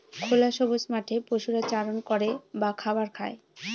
খোলা সবুজ মাঠে পশুরা চারণ করে বা খাবার খায়